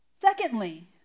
Secondly